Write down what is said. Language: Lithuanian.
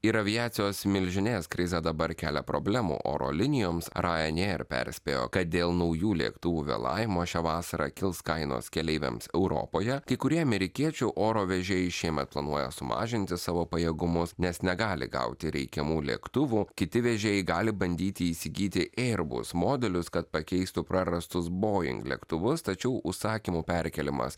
ir aviacijos milžinės krizė dabar kelia problemų oro linijoms ryanair perspėjo kad dėl naujų lėktuvų vėlavimo šią vasarą kils kainos keleiviams europoje kai kurie amerikiečių oro vežėjai šiemet planuoja sumažinti savo pajėgumus nes negali gauti reikiamų lėktuvų kiti vežėjai gali bandyti įsigyti airbus modelius kad pakeistų prarastus boeing lėktuvus tačiau užsakymų perkėlimas